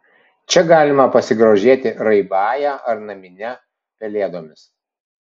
čia galima pasigrožėti raibąja ar namine pelėdomis